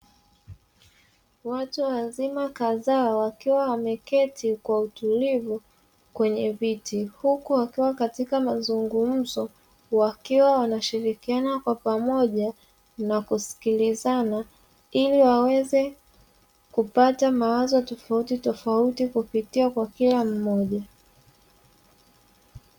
Watu wazima kadhaa wakiwa wameketi kwa utulivu kwenye viti, huku wakiwa katika mazungumzo wakiwa wanashirikiana kwa pamoja na kusikilizana ili waweze kupata mawazo tofautitofauti kupitia kwa kila mmoja.